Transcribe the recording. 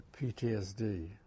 PTSD